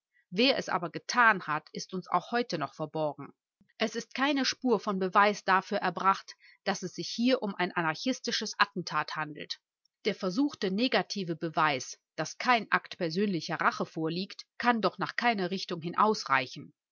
wer es aber getan ist uns auch heute noch verborgen es ist keine spur von beweis dafür erbracht daß es sich hier um ein anarchistisches attentat handelt der versuchte negative beweis daß kein akt persönlicher rache vorliegt kann doch nach keiner richtung hin ausreichen